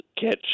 catch